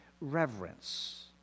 reverence